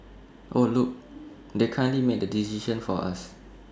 oh look they kindly made the decision for us